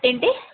ఏంటి